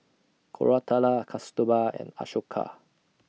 Koratala Kasturba and Ashoka